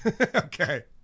Okay